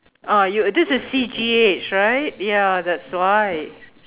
uh you this is C_G_H right ya that's why